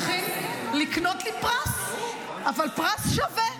בבקשה, אתם צריכים לקנות לי פרס, אבל פרס שווה.